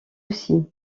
aussi